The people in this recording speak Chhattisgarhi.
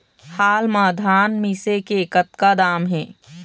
हाल मा धान मिसे के कतका दाम हे?